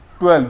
12